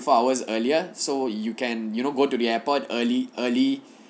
four hours earlier so you can you know go to the airport early early